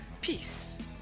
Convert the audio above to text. Peace